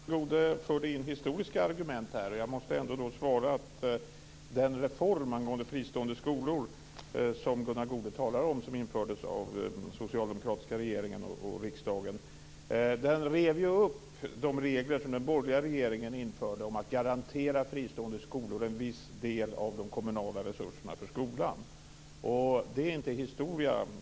Fru talman! Gunnar Goude förde in historiska argument. Den reform angående fristående skolor som Gunnar Goude talar om och som infördes av den socialdemokratiska regeringen och riksdagen, rev upp de regler som den borgerliga regeringen införde om att garantera fristående skolor en viss del av de kommunala resurserna för skolan. Det är inte historia.